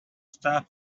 stuff